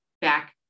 back